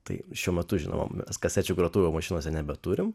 tai šiuo metu žinoma kasečių grotuvo mašinose nebeturim